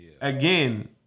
Again